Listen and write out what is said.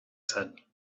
said